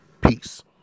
Peace